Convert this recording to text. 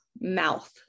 mouth